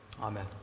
Amen